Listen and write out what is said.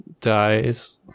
dies